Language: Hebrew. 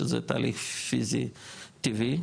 שזה תהליך פיזי טבעי,